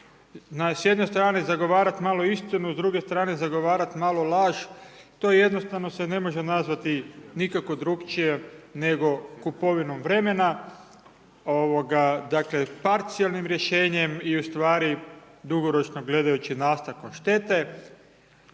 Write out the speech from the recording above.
s jedne strane zagovarat malo istinu pa s druge strane zagovarat malo laž, to jednostavno se ne može nazvati nikako drukčije nego kupovinom vremena, dakle parcijalnim rješenjem i ustvari dugoročno gledajući nastavkom štete